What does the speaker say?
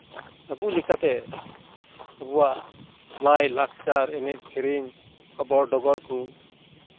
ᱟᱵᱚ ᱞᱮᱠᱟᱛᱮ ᱟᱵᱚᱣᱟᱜ ᱞᱟᱭᱼᱞᱟᱠᱪᱟᱨ ᱮᱱᱮᱡ ᱥᱮᱨᱮᱧ ᱠᱷᱚᱵᱚᱨ ᱰᱚᱜᱚᱨ ᱠᱚ